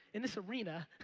in this arena,